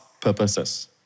purposes